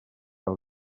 cal